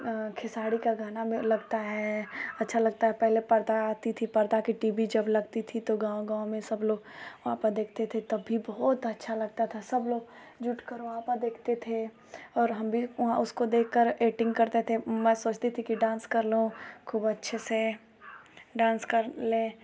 खेसारी का गाना लगता है अच्छा लगता है पहले पर्दा आती थी पर्दा के टी भी जब लगती थी तो गाँव गाँव में सब लोग वहाँ पर देखते थे तब भी बहुत अच्छा लगता था सब लोग जुट कर वहाँ प देखते थे और हम भी उसको देख कर एक्टिंग करते थे मैं सोचती थी की डांस कर लूँ खूब अच्छे से डांस कर लें